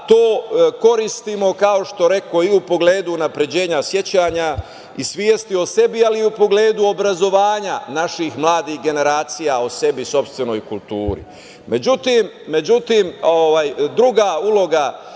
to koristimo i u pogledu unapređenja sećanja i svesti o sebi, ali i u pogledu obrazovanja naših mladih generacija o sebi i sopstvenoj kulturi.Međutim,